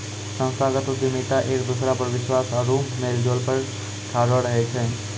संस्थागत उद्यमिता एक दोसरा पर विश्वास आरु मेलजोल पर ठाढ़ो रहै छै